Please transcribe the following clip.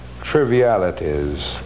trivialities